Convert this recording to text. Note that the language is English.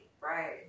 Right